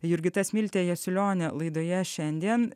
jurgita smiltė jasiulionienė laidoje šiandien